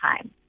time